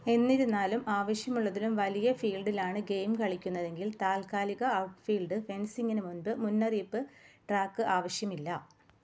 എന്നിരുന്നാലും ആവശ്യമുള്ളതിലും വലിയ ഫീൽഡിലാണ് ഗെയിം കളിക്കുന്നതെങ്കിൽ താൽക്കാലിക ഔട്ട്ഫീൽഡ് ഫെൻസിംഗിന് മുമ്പ് മുന്നറിയിപ്പ് ട്രാക്ക് ആവശ്യമില്ല